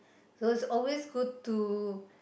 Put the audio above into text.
so it's always good to